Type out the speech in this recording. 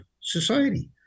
society